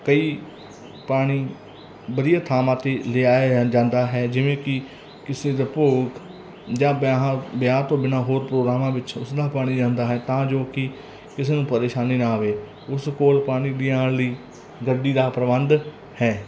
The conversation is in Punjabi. ਕਈ ਪਾਣੀ ਵਧੀਆ ਥਾਵਾਂ 'ਤੇ ਲਿਆਇਆ ਜਾ ਜਾਂਦਾ ਹੈ ਜਿਵੇਂ ਕਿ ਕਿਸੇ ਦਾ ਭੋਗ ਜਾਂ ਵਿਆਹਾਂ ਵਿਆਹ ਤੋਂ ਬਿਨਾਂ ਹੋਰ ਪ੍ਰੋਗਰਾਮਾਂ ਵਿੱਚ ਉਸਦਾ ਪਾਣੀ ਆਉਂਦਾ ਹੈ ਤਾਂ ਜੋ ਕਿ ਕਿਸੇ ਨੂੰ ਪਰੇਸ਼ਾਨੀ ਨਾ ਆਵੇ ਉਸ ਕੋਲ ਪਾਣੀ ਪੁਜਾਣ ਲਈ ਗੱਡੀ ਦਾ ਪ੍ਰਬੰਧ ਹੈ